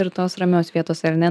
ir tos ramios vietos ar ne